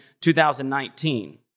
2019